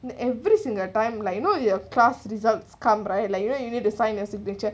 and every single time like you know your class results come right like you know you know to sign their signature